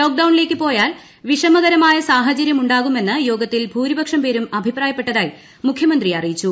ലോക്ഡൌണിലേക്ക് പോയാൽ വിഷമകരമായ സാഹചരൃമുണ്ടാകുമെന്ന് യോഗത്തിൽ ഭൂരിപക്ഷം പേരും അഭിപ്രായപ്പെട്ടതായി മുഖ്യമന്ത്രി അറിയിച്ചു